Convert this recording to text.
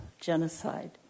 genocide